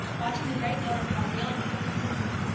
watching the great motor-car wheel and slip into the gloom.